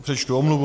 Přečtu omluvu.